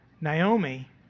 Naomi